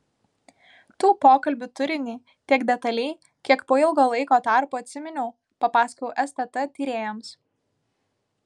tų pokalbių turinį tiek detaliai kiek po ilgo laiko tarpo atsiminiau papasakojau stt tyrėjams